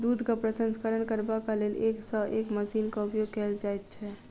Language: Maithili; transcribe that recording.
दूधक प्रसंस्करण करबाक लेल एक सॅ एक मशीनक उपयोग कयल जाइत छै